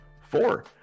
four